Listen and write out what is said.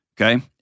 Okay